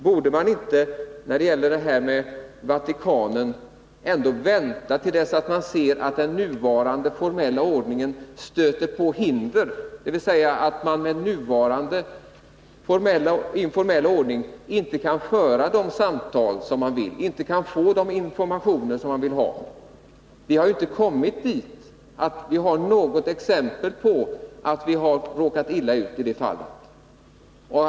Bör vi ändå inte när det gäller Vatikanen vänta till dess att man ser att den nuvarande formen stöter på hinder, dvs. att man med nuvarande informella ordning inte kan föra de samtal som behövs, inte kan få de informationer som man vill ha osv. Vi har ju ännu inte kommit dithän.